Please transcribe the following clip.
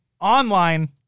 online